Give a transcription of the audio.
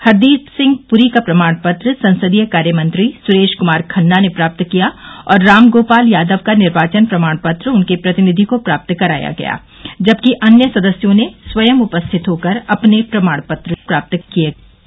हरदीप सिंह पुरी का प्रमाण पत्र संसदीय कार्यमंत्री सुरेश कुमार खन्ना ने प्राप्त किया और राम गोपाल यादव का निर्वाचन प्रमाण पत्र उनके प्रतिनिधि को प्राप्त कराया गया जबकि अन्य सदस्यों ने स्वयं उपस्थित होकर अपने प्रमाण पत्र प्राप्त किये